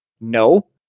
no